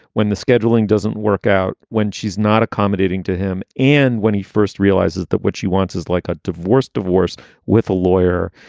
when the scheduling doesn't work out, when she's not accommodating to him, and when he first realizes that what she wants is like a divorce, divorce with a lawyer,